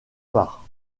part